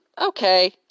Okay